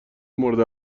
مورد